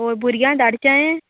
होय भुरग्यांक धाडचें